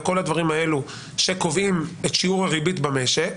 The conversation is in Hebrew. וכל הדברים האלו שקובעים את שיעור הריבית במשק,